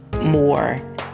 more